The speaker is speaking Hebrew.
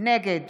נגד